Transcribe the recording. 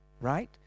right